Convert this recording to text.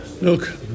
Look